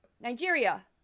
Nigeria